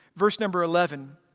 verse number eleven.